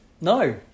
No